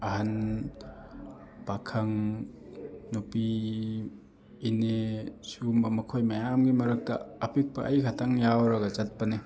ꯑꯍꯟ ꯄꯥꯈꯪ ꯅꯨꯄꯤ ꯏꯅꯦ ꯁꯤꯒꯨꯝꯕ ꯃꯈꯣꯏ ꯃꯌꯥꯝꯒꯤ ꯃꯔꯛꯇ ꯑꯄꯤꯛꯄ ꯑꯩ ꯈꯛꯇꯪ ꯌꯥꯎꯔꯒ ꯆꯠꯄꯅꯤ